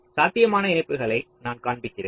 சாத்தியமான இணைப்புகளை நான் காண்பிக்கிறேன்